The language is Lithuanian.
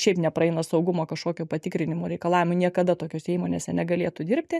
šiaip nepraeina saugumo kažkokio patikrinimo reikalavimo niekada tokiose įmonėse negalėtų dirbti